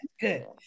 Good